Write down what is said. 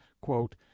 quote